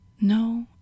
No